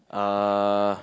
uh